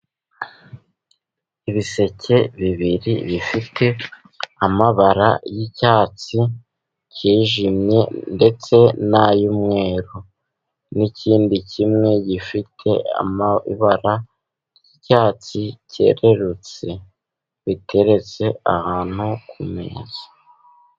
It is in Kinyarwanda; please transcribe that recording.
Ibiseke bibiri bifite amabara y'icyatsi kijimye, ndetse n'ay'umweru n'ikindi kimwe gifite amabara ry'icyatsi cyerurutse, biteretse ahantu ku meza.